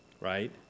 right